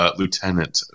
lieutenant